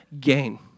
Gain